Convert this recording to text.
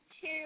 two